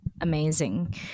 amazing